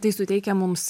tai suteikia mums